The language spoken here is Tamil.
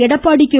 எடப்பாடி கே